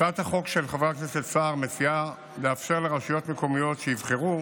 הצעת החוק של חבר הכנסת סער מציעה לאפשר לרשויות מקומיות שיבחרו